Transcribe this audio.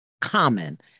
common